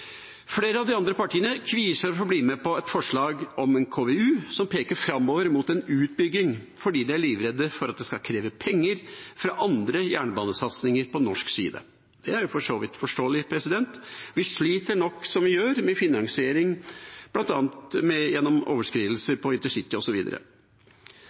Flere av de andre partiene kvier seg for å bli med på et forslag om en KVU som peker framover mot en utbygging, fordi de er livredde for at det skal kreve penger fra andre jernbanesatsinger på norsk side. Det er for så vidt forståelig. Vi sliter nok som vi gjør med finansiering bl.a. gjennom